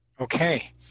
okay